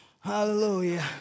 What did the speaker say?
Hallelujah